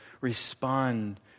respond